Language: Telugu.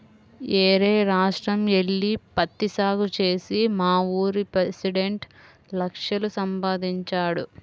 యేరే రాష్ట్రం యెల్లి పత్తి సాగు చేసి మావూరి పెసిడెంట్ లక్షలు సంపాదించాడు